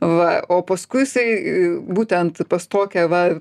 va o paskui jisai būtent pas tokią va